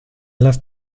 loved